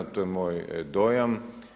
To je moj dojam.